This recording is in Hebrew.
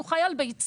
הוא חי על ביצים,